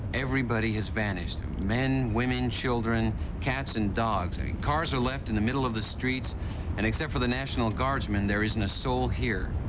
everybody has vanished men, women, children cats and dogs. and and cars are left in the middle of the streets and except for the national guardsmen there isn't a soul here.